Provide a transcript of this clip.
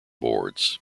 boards